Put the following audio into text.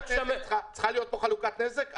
צריכה להיות פה חלוקת נזק.